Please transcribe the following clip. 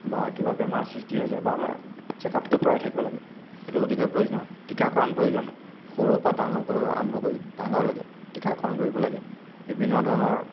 বা কিবা বেমাৰৰ সৃষ্টি হৈছে বা আমাৰ চেকআপটো কৰাই থাকিব লাগে সেইটো অতিকৈ প্ৰয়োজনীয় টীকাকৰণ প্ৰয়োজন সৰুৰপৰা ডাঙৰকৈ আৰম্ভ কৰি ডাঙৰ লাগে টীকাকৰণ কৰিব লাগে বিভিন্ন ধৰণৰ